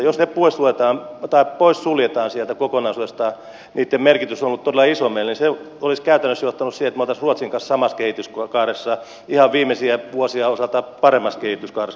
jos ne poissuljetaan sieltä kokonaisuudesta niitten merkitys on ollut todella iso meille niin se olisi käytännössä johtanut siihen että me olisimme olleet ruotsin kanssa samassa kehityskaaressa ihan viimeisien osalta paremmassa kehityskaaressa kuin ruotsi